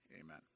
Amen